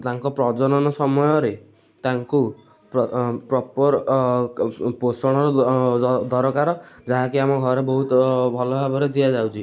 ତାଙ୍କ ପ୍ରଜନନ ସମୟରେ ତାଙ୍କୁ ପ୍ରପର୍ ପୋଷଣ ଦରକାର ଯାହା କି ଆମ ଘରେ ବହୁତ ଭଲ ଭାବରେ ଦିଆଯାଉଛି